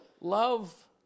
love